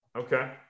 Okay